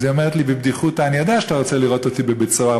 אז היא אומרת לי בבדיחותא: אני יודעת שאתה רוצה לראות אותי בבית-סוהר,